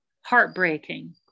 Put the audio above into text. heartbreaking